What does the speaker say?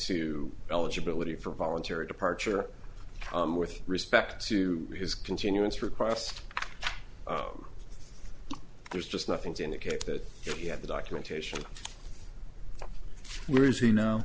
to eligibility for voluntary departure with respect to his continuance requests there's just nothing to indicate that he had the documentation where is he